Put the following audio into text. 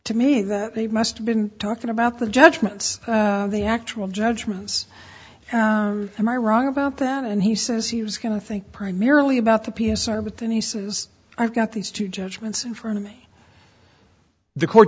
to me that they must have been talking about the judgments of the actual judgments am i wrong about that and he says he was going to think primarily about the p s r but then he says i've got these two judgments in front of me the court